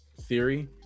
theory